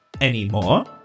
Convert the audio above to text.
anymore